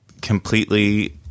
completely